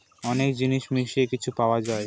অনেক জিনিস মিশিয়ে কিছু পাওয়া যায়